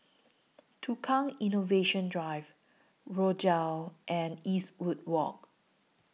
Tukang Innovation Drive Rochdale and Eastwood Walk